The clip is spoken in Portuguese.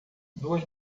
duas